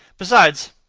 besides,